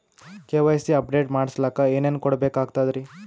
KYC update ಮಾಡಸ್ಲಕ ಏನೇನ ಕೊಡಬೇಕಾಗ್ತದ್ರಿ?